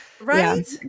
Right